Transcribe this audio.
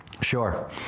sure